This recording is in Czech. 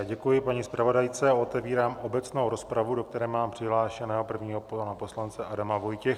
Děkuji paní zpravodajce a otevírám obecnou rozpravu, do které mám přihlášeného prvního pana poslance Adama Vojtěcha.